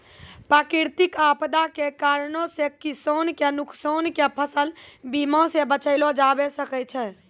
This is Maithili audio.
प्राकृतिक आपदा के कारणो से किसान के नुकसान के फसल बीमा से बचैलो जाबै सकै छै